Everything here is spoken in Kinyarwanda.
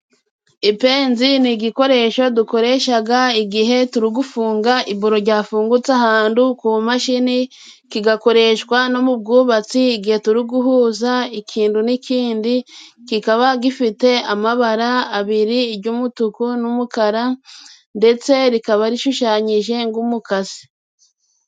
Ipenzi ni igikoresho dukoreshaga igihe turi gufunga iburo ryafungutse ahantu ku mashini, kigakoreshwa no mu bwubatsi igihe turi guhuza ikintu n'ikindi. Kikaba gifite amabara abiri, iry'umutuku n'umukara ndetse rikaba rishushanyije ng'umukasi.